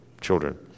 children